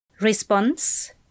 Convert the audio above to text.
Response